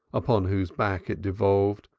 upon whose back it devolved,